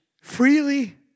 freely